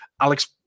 Alex